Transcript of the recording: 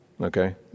Okay